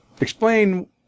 explain